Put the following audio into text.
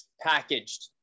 packaged